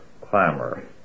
clamor